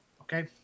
Okay